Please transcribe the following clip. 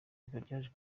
ryaje